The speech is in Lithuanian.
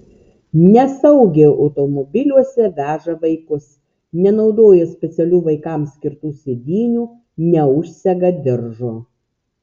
nesaugiai automobiliuose veža vaikus nenaudoja specialių vaikams skirtų sėdynių neužsega diržo